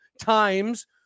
times